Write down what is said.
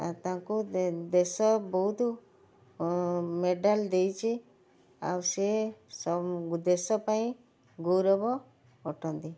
ତାଙ୍କୁ ଦେଶ ବହୁତ୍ ମେଡ଼ାଲ୍ ଦେଇଛି ଆଉ ସେ ଦେଶ ପାଇଁ ଗୌରବ ଅଟନ୍ତି